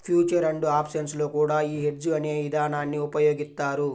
future and options లో కూడా యీ హెడ్జ్ అనే ఇదానాన్ని ఉపయోగిత్తారు